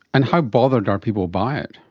and how bothered are people by it?